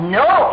no